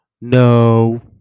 No